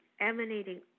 emanating